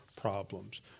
problems